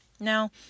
now